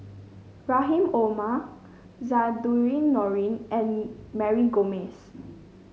Rahim Omar Zainudin Nordin and Mary Gomes